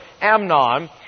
Amnon